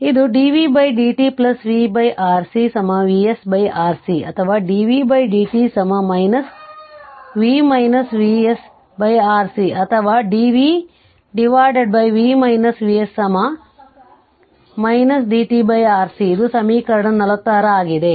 ಆದ್ದರಿಂದ ಇದು dv dt v RC Vs RC ಅಥವಾ dv dt v Vs Rc ಅಥವಾ dv v Vs dtRC ಇದು ಸಮೀಕರಣ 46 ಆಗಿದೆ